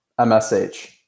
MSH